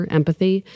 empathy